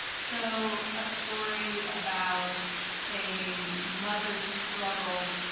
so a story about a mother's struggle